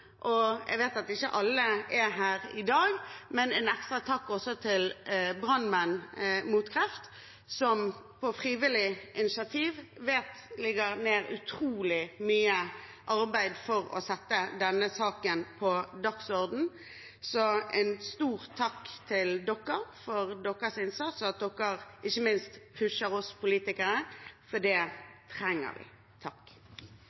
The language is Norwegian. Jeg vet at ikke alle er her i dag, men en ekstra takk også til Brannmenn Mot Kreft, som jeg vet på frivillig initiativ legger ned utrolig mye arbeid for å sette denne saken på dagsordenen. Så en stor takk til dere for innsatsen, og ikke minst for at dere pusher oss politikere, for det